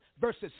verses